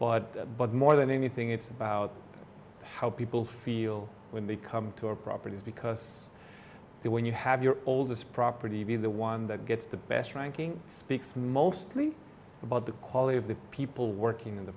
but but more than anything it's about how people feel when they come to our properties because when you have your oldest property the one that gets the best ranking speaks mostly about the quality of the people working in the